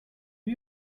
you